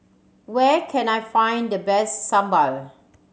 where can I find the best sambal